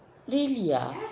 really ah